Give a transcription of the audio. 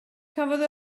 cafodd